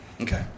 Okay